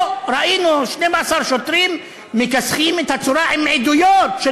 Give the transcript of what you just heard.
פה ראינו 12 שוטרים מכסחים את הצורה, עם עדויות של